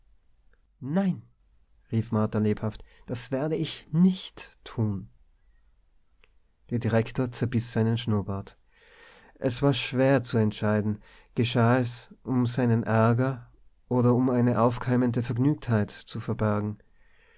nein rief martha lebhaft das werde ich nicht tun der direktor zerbiß seinen schnurrbart es war schwer zu entscheiden geschah es um seinen ärger oder um eine aufkeimende vergnügtheit zu verbergen